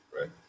right